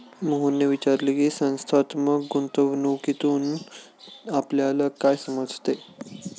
मोहनने विचारले की, संस्थात्मक गुंतवणूकीतून आपल्याला काय समजते?